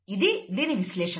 ఇది దీని విశ్లేషణ